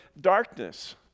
darkness